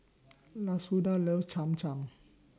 Lashunda loves Cham Cham